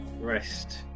rest